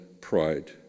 pride